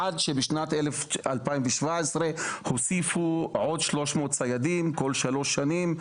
עד שבשנת 2017 הוסיפו עוד 300 ציידים כל שלוש שנים,